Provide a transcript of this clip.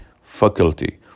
faculty